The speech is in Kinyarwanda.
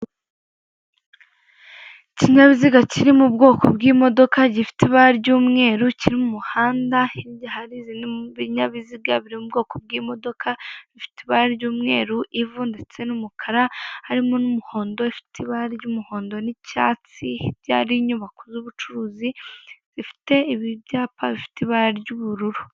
Ikinyabiziga kiri mu bwoko bw'imodoka gifite ibara ry'umweru kiri mumuhanda hirya hari izindi binyabiziga biri mu bwoko bw'imodoka bifite ibara ry'umweru, ivu ndetse n'umukara harimo n'umuhondo ifite ibara ry'umuhondo n'icyatsi hirya hari inyubako z'ubucuruzi zifite ibyapa bifite ibara ry'ubururu.